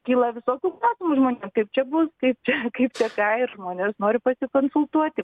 kyla visokių klausimų žmonėm kaip čia bus kaip čia kaip čia ką ir žmonės nori pasikonsultuoti